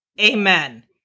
Amen